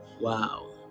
Wow